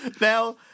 Now